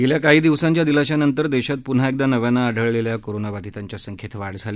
गेल्या काही दिवसांच्या दिलाश्यानंतर देशात पुन्हा एकदा नव्यानं आढळणाऱ्या कोरोनाबाधितांच्या संख्येत वाढ झाली